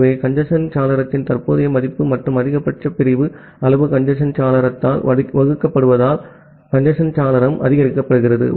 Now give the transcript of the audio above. ஆகவே கஞ்சேஸ்ன் சாளரத்தின் தற்போதைய மதிப்பு மற்றும் அதிகபட்ச பிரிவு அளவு கஞ்சேஸ்ன் சாளரத்தால் வகுக்கப்படுவதால் கஞ்சேஸ்ன் சாளரம் அதிகரிக்கப்படுகிறது